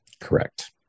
Correct